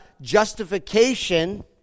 justification